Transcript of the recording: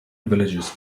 villages